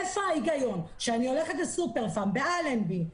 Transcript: איפה ההיגיון כשאני הולכת לסופר-פארם באלנבי,